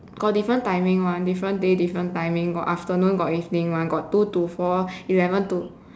got different timing [one] different day different timing got afternoon got evening got two to four eleven to